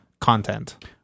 content